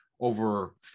over